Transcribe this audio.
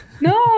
No